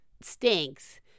stinks